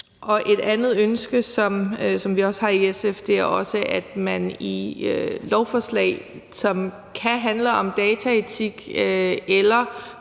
Et andet ønske, som vi også har i SF, er, at man i lovforslag, som kan handle om dataetik eller